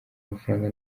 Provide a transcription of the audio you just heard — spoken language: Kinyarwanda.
amafaranga